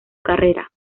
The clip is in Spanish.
carrera